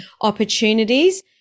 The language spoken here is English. opportunities